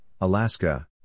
Alaska